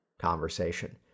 conversation